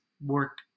work